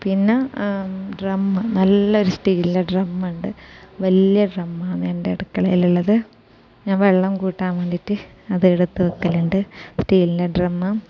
പിന്നെ ഡ്രം നല്ലൊരു സ്റ്റീലിൻ്റെ ഡ്രം ഉണ്ട് വലിയ ഡ്രം ആണ് എൻ്റെ അടുക്കളയിൽ ഉള്ളത് ഞാൻ വെള്ളം കൂട്ടാൻ വേണ്ടിയിട്ട് അത് എടുത്ത് വയ്ക്കലുണ്ട് സ്റ്റീലിൻ്റെ ഡ്രം